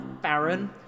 Baron